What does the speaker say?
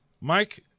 Mike